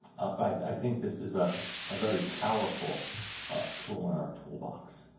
i think this is a ah very powerful tool in our toolbox.